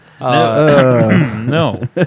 No